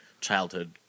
childhood